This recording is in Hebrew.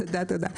תודה.